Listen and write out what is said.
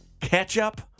ketchup